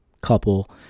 couple